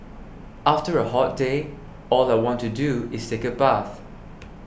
after a hot day all I want to do is take a bath